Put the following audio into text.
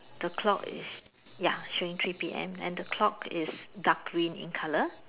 the clock is ya swing three P_M and the clock is dark green in colour